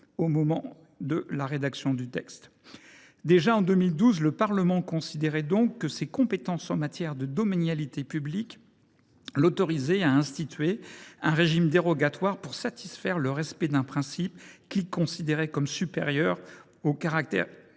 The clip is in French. au moment de sa rédaction. Déjà en 2012, le Parlement considérait que ses compétences en matière de domanialité publique l’autorisaient à instituer un régime dérogatoire pour satisfaire le respect d’un principe qu’il considérait comme supérieur au caractère